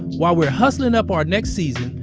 while we're hustling up our next season,